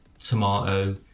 tomato